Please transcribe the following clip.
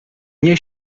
nie